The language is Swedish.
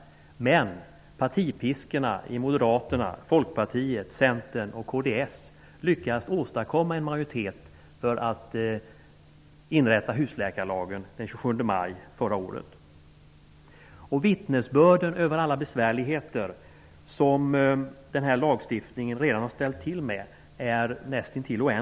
Men partipiskorna i Moderaterna, Folkpartiet, Centern och kds lyckades åstadkomma en majoritet för att inrätta husläkarlagen den 27 maj förra året. Vittnesbörden över alla besvärligheter som lagstiftningen redan har ställt till med är oändligt många.